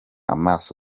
amaso